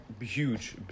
Huge